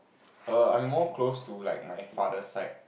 err I'm more close to like my father's side